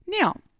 Now